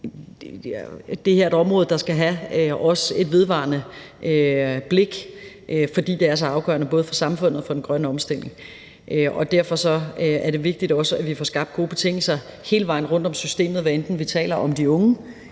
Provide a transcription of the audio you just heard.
det her er et område, der skal have også et vedvarende blik, fordi det er så afgørende, både for samfundet og for den grønne omstilling. Derfor er det også vigtigt, at vi får skabt gode betingelser hele vejen rundt om systemet, hvad enten vi taler om de unge